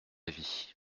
vie